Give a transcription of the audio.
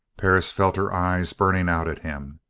perris felt her eyes burning out at him.